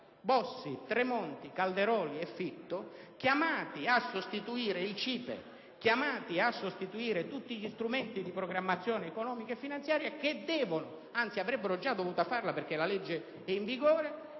Bossi, Tremonti, Calderoli e Fitto - chiamati a sostituire il CIPE e tutti gli strumenti di programmazione economica e finanziaria e che devono (anzi avrebbero già dovuto farlo, perché la legge è in vigore)